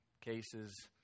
cases